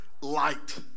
light